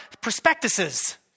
prospectuses